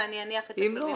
ואז אני אניח את זה במליאה.